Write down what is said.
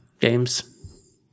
games